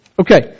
Okay